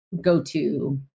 go-to